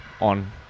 on